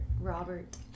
Robert